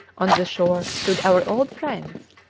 on the shore stood our old friends,